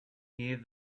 hear